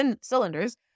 cylinders